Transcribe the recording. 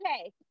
okay